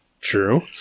true